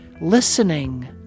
listening